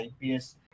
ips